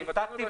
אני אתך.